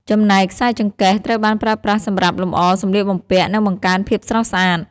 ចំណែកខ្សែចង្កេះ ត្រូវបានប្រើប្រាស់សម្រាប់លម្អសំលៀកបំពាក់ និងបង្កើនភាពស្រស់ស្អាត។